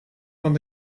van